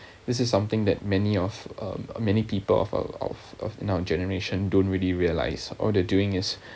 this is something that many of uh many people of uh of of in our generation don't really realise all they're doing is